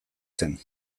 zen